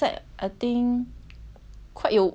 会有有至少有五个 pieces bah I think